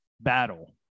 battle